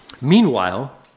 Meanwhile